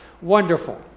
wonderful